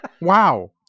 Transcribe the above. wow